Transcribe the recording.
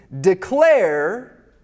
declare